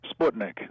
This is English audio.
Sputnik